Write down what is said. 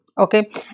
Okay